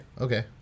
Okay